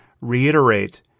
reiterate